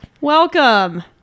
Welcome